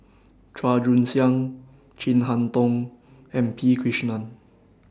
Chua Joon Siang Chin Harn Tong and P Krishnan